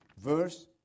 Verse